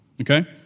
okay